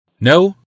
No